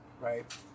Right